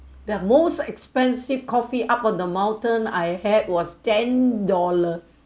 that most expensive coffee up on the mountain I had was ten dollars